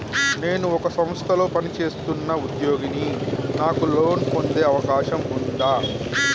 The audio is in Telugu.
నేను ఒక సంస్థలో పనిచేస్తున్న ఉద్యోగిని నాకు లోను పొందే అవకాశం ఉందా?